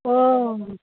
অঁ